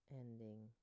ending